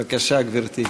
בבקשה, גברתי.